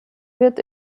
wird